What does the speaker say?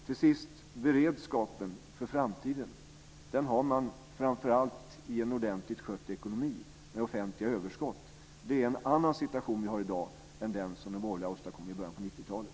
Till sist vill jag säga att beredskapen för framtiden har man framför allt i en ordentligt skött ekonomi med offentliga överskott. Det är en annan situation, som vi har i dag, än den som de borgerliga åstadkom i början av 90-talet.